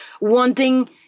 wanting